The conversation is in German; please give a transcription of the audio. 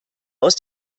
aus